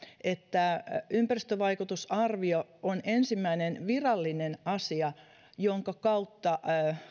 että ympäristövaikutusarvio on ensimmäinen virallinen asia jonka kautta